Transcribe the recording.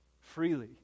Freely